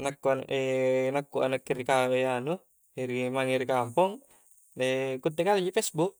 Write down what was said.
nakkua nakkua nakke ri ka anu ri mange ri kampong kutte kaleji pesbuk